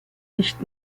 nicht